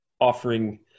offering